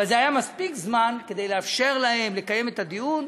אבל זה היה מספיק זמן כדי לאפשר להם לקיים את הדיון.